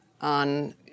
on